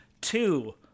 two